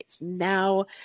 Now